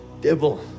devil